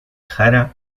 jara